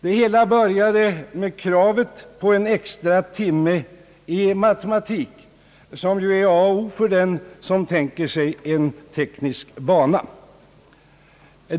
Det hela började med kravet på en extra timme i matematik, som ju är A och O för den som tänker sig en teknisk bana.